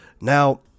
Now